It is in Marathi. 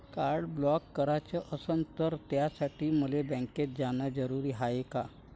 कार्ड ब्लॉक कराच असनं त त्यासाठी मले बँकेत जानं जरुरी हाय का?